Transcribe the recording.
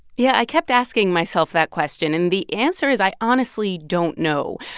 yeah. i kept asking myself that question, and the answer is i honestly don't know.